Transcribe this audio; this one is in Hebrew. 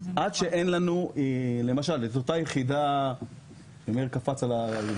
עד שלא נעשה את